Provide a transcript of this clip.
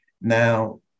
Now